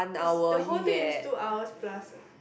is the world thing is two hours plus